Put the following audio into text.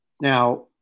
Now